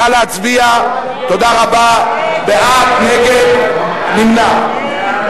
נא להצביע, תודה רבה, בעד, נגד, נמנע.